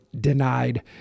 denied